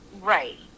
Right